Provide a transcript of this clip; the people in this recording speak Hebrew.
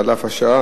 שעל אף השעה,